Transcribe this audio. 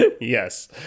yes